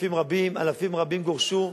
אלפים רבים, אלפים רבים גורשו.